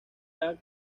han